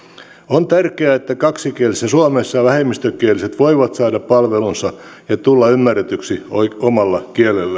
on tärkeää että kaksikielisessä suomessa vähemmistökieliset voivat saada palvelunsa ja tulla ymmärretyksi omalla kielellään